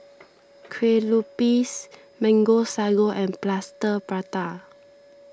Lueh Lupis Mango Sago and Plaster Prata